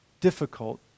difficult